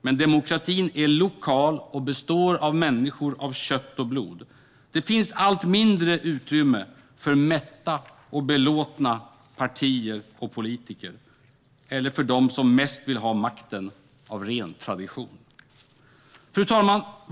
Men demokratin är lokal och består av människor av kött och blod. Det finns allt mindre utrymme för mätta och belåtna partier och politiker, eller för dem som mest vill ha makten av ren tradition. Fru talman!